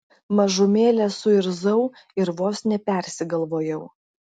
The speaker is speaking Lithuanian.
mažumėlę suirzau ir vos nepersigalvojau